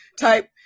type